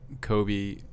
Kobe